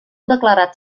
declarat